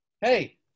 Hey